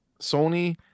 sony